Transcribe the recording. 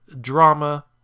drama